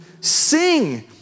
sing